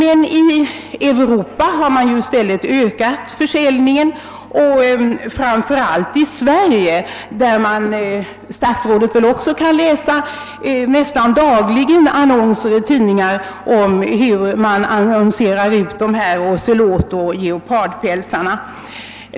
I Europa har man i stället ökat försäljningen framför allt i Sverige. Statsrådet kan säkert själv dagligen läsa annonser i tidningarna om försäljning av ozelotoch leopardpälsar.